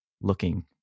looking